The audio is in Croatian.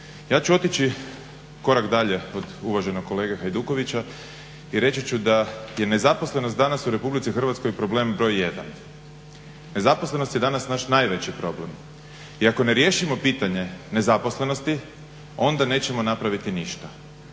Ja ću otići korak dalje od uvaženog kolege Hajdukovića i reći ću da je nezaposlenost danas u RH problem broj 1. Nezaposlenost je danas naš najveći problem. I ako ne riješimo pitanje nezaposlenosti onda nećemo napraviti ništa.